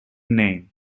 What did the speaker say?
name